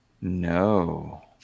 No